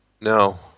No